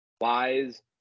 wise